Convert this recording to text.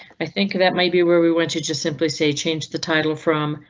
i think that might be where we went to just simply say change the title from.